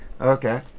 Okay